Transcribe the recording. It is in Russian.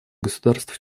государств